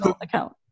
account